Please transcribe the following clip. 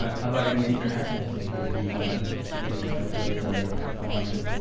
how about any international singers do you want to get in touch with or perform